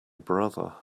brother